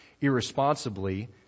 irresponsibly